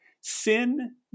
sin